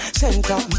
center